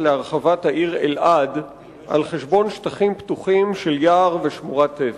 להרחבת העיר אלעד על חשבון שטחים פתוחים של יער ושמורת טבע.